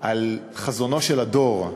על חזונו של הדור.